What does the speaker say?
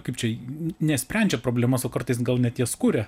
kaip čia ne sprendžia problemas o kartais gal net jas kuria